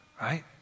Right